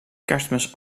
kerstmis